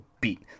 beat